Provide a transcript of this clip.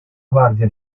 guardia